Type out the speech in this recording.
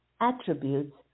attributes